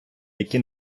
які